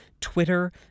Twitter